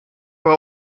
aber